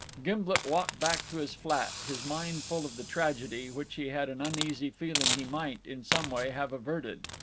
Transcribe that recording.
gimblet walked back to his flat, his mind full of the tragedy which he had an uneasy feeling he might, in some way, have averted.